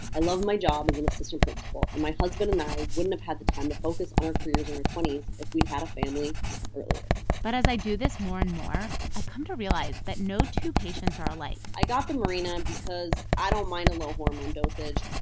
i love my job as an assistant principal, and my husband and i wouldn't have had the time to focus on our careers in our twenty s if we'd had a family earlier but as i do this more and more, i've come to realize that no two patients are alike i got the mirena because i don't mind a low hormone dosage.